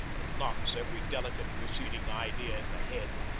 that knocks every delicate preceding idea in the head,